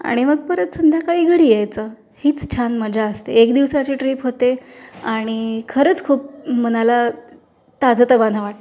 आणि मग परत संध्याकाळी घरी यायचं हीच छान मजा असते एक दिवसाची ट्रिप होते आणि खरंच खूप मनाला ताजंतवानं वाटतं